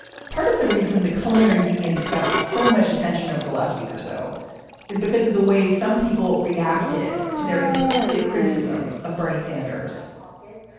part of the reason the culinary union got so much attention over the last week or so is because of the way some people reacted to their implicit criticism of bernie sanders caucus.